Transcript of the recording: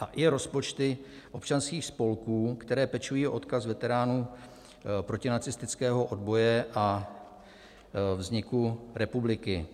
A i rozpočty občanských spolků, které pečují o odkaz veteránů protinacistického odboje a vzniku republiky.